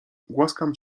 głaskam